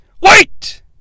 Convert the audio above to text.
Wait